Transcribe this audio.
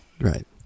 Right